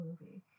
movie